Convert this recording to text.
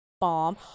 bomb